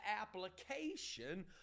application